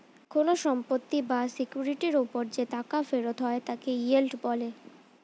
কোন সম্পত্তি বা সিকিউরিটির উপর যে টাকা ফেরত হয় তাকে ইয়েল্ড বলে